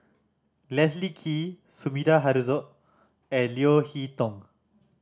Leslie Kee Sumida Haruzo and Leo Hee Tong